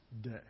day